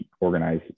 organize